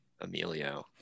Emilio